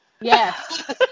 Yes